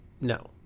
No